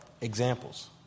examples